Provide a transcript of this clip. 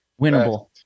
winnable